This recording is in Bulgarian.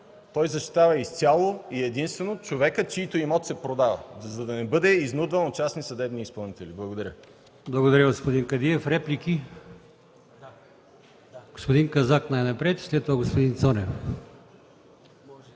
Той защитава изцяло и единствено човека, чийто имот се продава, за да не бъде изнудван от частни съдебни изпълнители. Благодаря. ПРЕДСЕДАТЕЛ АЛИОСМАН ИМАМОВ: Благодаря, господин Кадиев. Реплики? Господин Казак – най-напред, а след това – господин Цонев.